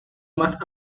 más